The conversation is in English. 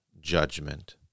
judgment